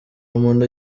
umuntu